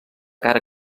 cara